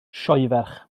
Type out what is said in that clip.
sioeferch